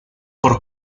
por